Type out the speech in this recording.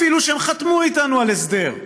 אפילו שהם חתמו איתנו על הסדר,